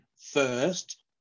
first